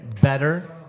Better